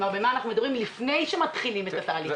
מה אנחנו מדברים לפני שמתחילים את התהליך?